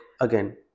again